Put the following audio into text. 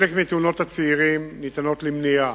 חלק מהתאונות של הצעירים ניתנות למניעה.